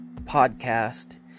Podcast